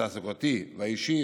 התעסוקתי והאישי,